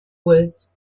boueuses